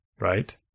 right